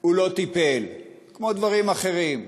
הוא לא טיפל, כמו בדברים אחרים.